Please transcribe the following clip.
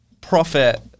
profit